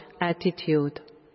attitude